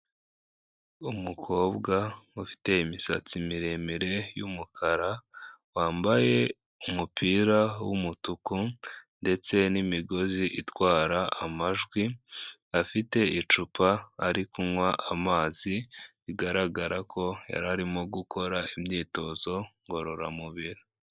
Umukobwa ufite imisatsi miremire y'umukara, wambaye umupira w'umutuku ndetse n'imigozi itwara amajwi , afite icupa ari kunywa amazi, bigaragara ko yari arimo gukora imyitozo ngororamubiri.